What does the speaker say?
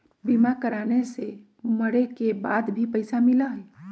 बीमा कराने से मरे के बाद भी पईसा मिलहई?